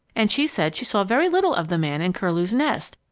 and she said she saw very little of the man in curlew's nest,